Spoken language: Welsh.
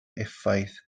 effaith